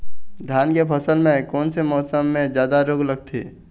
धान के फसल मे कोन से मौसम मे जादा रोग लगथे?